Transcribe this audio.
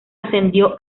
ascendió